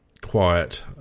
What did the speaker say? quiet